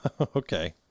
Okay